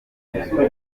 inyandiko